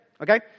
okay